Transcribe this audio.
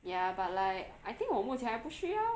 ya but like I think 我目前还不需要